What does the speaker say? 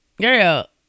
girl